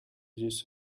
this